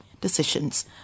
decisions